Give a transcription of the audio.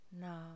now